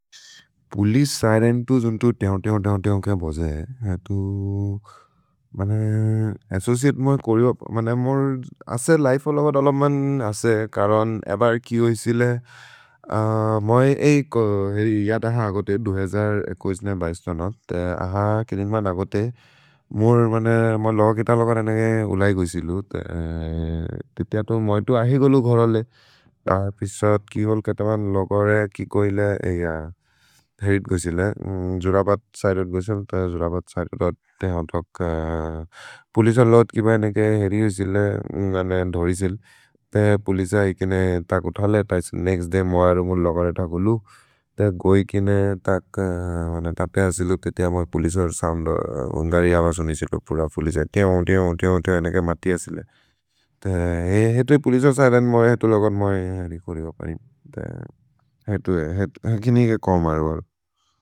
पोलिस् सैरेन्तु जुन्तु तेओन् तेओन् तेओन् तेओन् तेओन् केओ भोजे अस्सोचिअते मोरे कोरिओब्। अस्से लिफे ओ लोगर् दोलम् मन् अस्से करोन् एबर् किओ इसिले मोइ एइक् हेरि यद हागोते अहा केरिन्ग्मन् हागोते मोरे लोगर् केत लोगर् अनेगे। उलै गोइ सिलु तिति अतो मोइ तु आहिगोलु घोरोले पिशद् किहोल् केत मन् लोगरे किकोइले हेरित् गोइसिले जोरबत् सैरेन्तु गोइसिम् जोरबत् सैरेन्तु पोलिसन् लोगत्। किब अनेगे हेरि उसिले धोरिसिले पोलिस इकिने तकु थले नेक्स्त् दय् मोर् लोगरे तकुलु गोइ किने तक् तप्ते हसिलु। पोलिस साम्दो उन्गरि अव सुनिसे पोलिस तेओन् तेओन् तेओन् तेओन् अनेगे मति असिले हेतु हि पोलिस सैरेन्तु हेतु। लोगत् मोइ कोरिओब् पोलिस सारेन्तु हेतु लोगत् मोइ कोरिओब्।